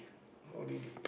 holiday